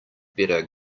better